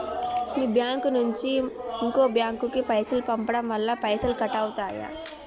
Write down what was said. మీ bank నుంచి ఇంకో bank కు పైసలు పంపడం వల్ల పైసలు కట్ అవుతయా?